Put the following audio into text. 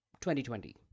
2020